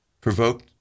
provoked